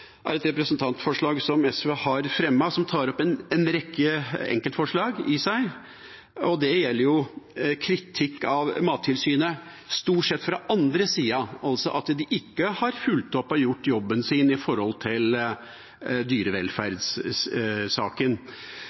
er et representantforslag som SV har fremmet, som tar opp i seg en rekke enkeltforslag. Det gjelder kritikk av Mattilsynet stort sett fra den andre siden, altså at de ikke har fulgt opp og gjort jobben sin i dyrevelferdssaken.